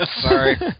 Sorry